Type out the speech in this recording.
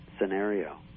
scenario